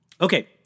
Okay